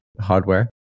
hardware